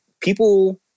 people